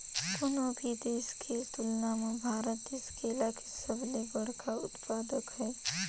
कोनो भी देश के तुलना म भारत देश केला के सबले बड़खा उत्पादक हे